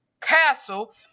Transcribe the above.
castle